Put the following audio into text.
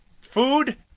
food